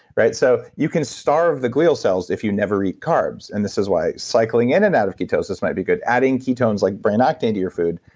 right? so, you can starve the glial cells if you never eat carbs. and this is why cycling in and out of ketosis might be good. adding ketones like brain octane to your food,